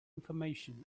information